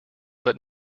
but